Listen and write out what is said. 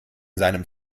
seinem